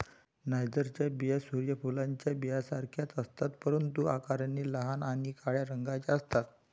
नायजरच्या बिया सूर्य फुलाच्या बियांसारख्याच असतात, परंतु आकाराने लहान आणि काळ्या रंगाच्या असतात